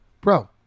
Bro